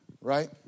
Right